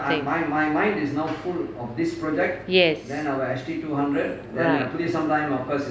yes right